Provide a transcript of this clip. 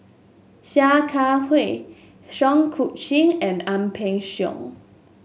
Sia Kah Hui Seah Eu Chin and Ang Peng Siong